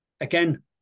again